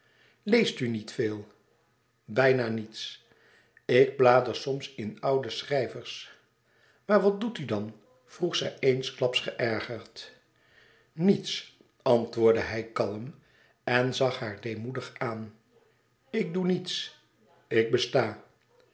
leest u niet veel bijna niets ik blader soms wat in oude schrijvers maar wat doet u dan vroeg zij eensklaps geërgerd niets antwoordde hij kalm en zag haar deemoedig aan ik doe niets ik besta